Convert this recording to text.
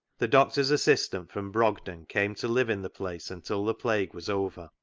the doctor's assistant from brogden came to live in the place until the plague was over,